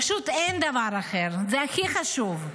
פשוט אין דבר אחר, זה הכי חשוב.